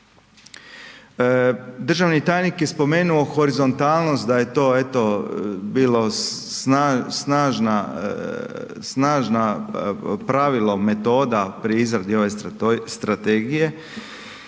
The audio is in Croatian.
Državni tajnik je spomenuo horizontalnost, da je to eto bilo snažna pravilo, metoda pri izradi ove Strategije.